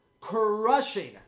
crushing